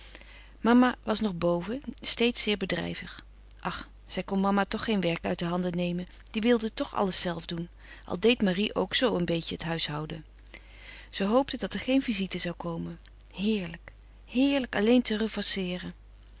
mama was nog boven steeds zeer bedrijvig ach zij kon mama toch geen werk uit de handen nemen die wilde toch alles zelve doen al deed marie ook zoo een beetje het huishouden ze hoopte dat er geen visite zou komen heerlijk heerlijk alleen te